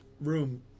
room